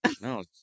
No